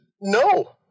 No